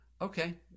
okay